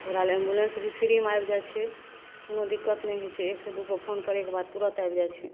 ओकरालए एम्बुलेन्स भी फ्रीमे आबि जाइ छै कोनो दिक्कत नहि होइ छै एकसे दुइ बेर फोन करैके बाद तुरन्त आबि जाइ छै